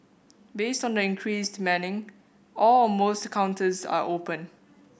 based on the increased manning all or most counters are open